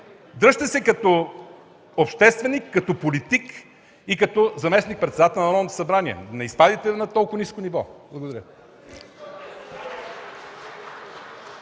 Дръжте се като общественик, като политик и като заместник-председател на Народното събрание. Не изпадайте на толкова ниско ниво. Благодаря.